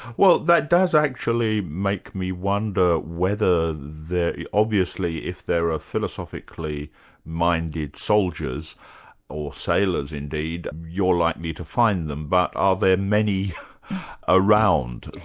well that does actually make me wonder whether obviously if there are philosophically minded soldiers or sailors indeed, you're likely to find them, but are there many around,